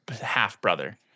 half-brother